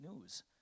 news